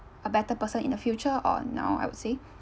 a better person in the future or now I would say